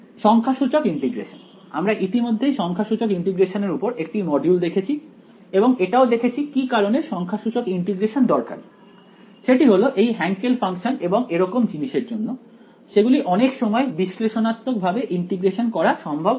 সংখ্যাসূচক ইন্টিগ্রেশন আমরা ইতিমধ্যেই সংখ্যাসূচক ইন্টিগ্রেশন এর উপর একটি মডিউল দেখেছি এবং এটাও দেখেছি কি কারণে সংখ্যাসূচক ইন্টিগ্রেশন দরকারি সেটি হল এই হ্যান্কেল ফাংশন এবং এরকম জিনিসের জন্য সেগুলো অনেক সময় বিশ্লেষণাত্মক ভাবে ইন্টিগ্রেশন করা সম্ভব হয়না